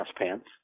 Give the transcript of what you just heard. pants